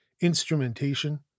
instrumentation